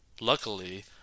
luckily